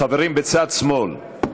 החברים בצד שמאל,